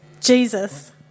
Jesus